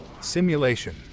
Simulation